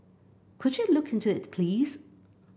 could you look into it please